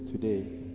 Today